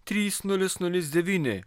trys nulis nulis devyni